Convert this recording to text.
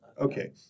Okay